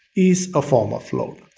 is a form of load.